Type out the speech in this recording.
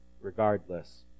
regardless